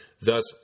thus